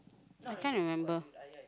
I can't remember